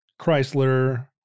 Chrysler